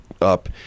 up